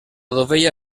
dovella